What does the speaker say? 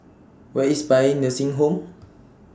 Where IS Paean Nursing Home